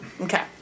okay